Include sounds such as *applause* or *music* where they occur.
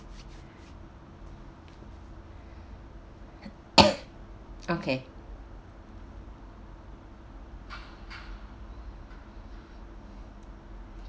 *coughs* okay